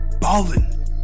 ballin